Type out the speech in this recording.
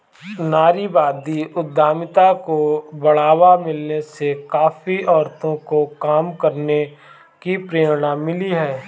नारीवादी उद्यमिता को बढ़ावा मिलने से काफी औरतों को काम करने की प्रेरणा मिली है